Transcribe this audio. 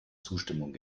zustimmung